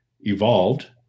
evolved